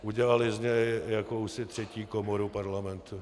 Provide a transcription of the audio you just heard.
Udělala z něj jakousi třetí komoru Parlamentu.